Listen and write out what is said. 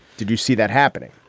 did you see that happening?